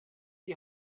die